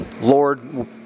Lord